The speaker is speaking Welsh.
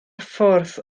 ffordd